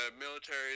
military